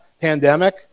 pandemic